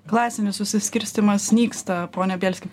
klasinis susiskirstymas nyksta pone bielski